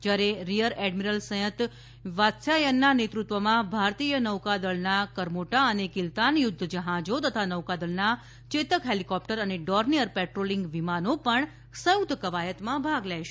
જ્યારે rear admiral Sanjay વાત્સ્યાયનના નેતૃત્વમાં ભારતી યનૌકાદળના કર્મોટા અને કિલ્તાન યુદ્ધ જહાજો તથા નૌકા દળના ચેતક હેલિકોપ્ટર અને ડોર્નિયર પેટ્રોલિંગ વિમાનો પણ સંયુક્ત કવાયતમાં ભાગ લેશે